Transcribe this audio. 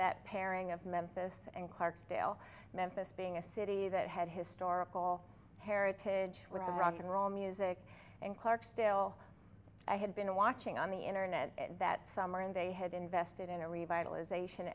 that pairing of memphis and clarksdale memphis being a city that had historical heritage were all wrong and roll music and clarksdale i had been watching on the internet that summer and they had invested in a revitalization